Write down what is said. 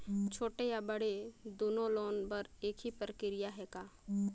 छोटे या बड़े दुनो लोन बर एक ही प्रक्रिया है का?